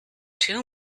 too